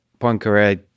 Poincaré